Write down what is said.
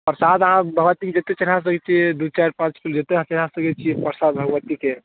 परसाद अहाँ भगवतीके जतेक चढ़ा सकै छिए दुइ चारि पाँच किलो जतेक अहाँ चढ़ा सकै छिए परसाद भगवतीके